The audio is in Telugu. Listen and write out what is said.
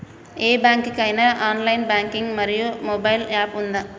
ఏ బ్యాంక్ కి ఐనా ఆన్ లైన్ బ్యాంకింగ్ మరియు మొబైల్ యాప్ ఉందా?